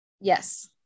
Yes